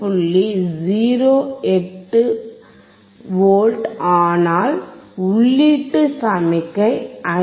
08 V ஆனால் உள்ளீட்டு சமிக்ஞை 5V